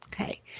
Okay